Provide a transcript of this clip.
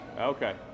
Okay